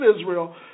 Israel